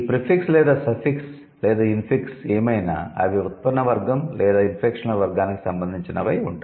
ఈ 'ప్రిఫిక్స్' లేదా 'సఫిక్స్' లేదా 'ఇన్ఫిక్స్' ఏమైనా అవి ఉత్పన్న వర్గం లేదా ఇన్ఫ్లెక్షనల్ వర్గానికి సంబందిoచినవై ఉంటాయి